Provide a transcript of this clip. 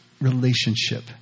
relationship